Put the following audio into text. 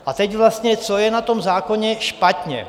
A teď vlastně co je na tom zákoně špatně.